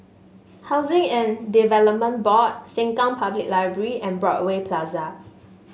Housing and Development Board Sengkang Public Library and Broadway Plaza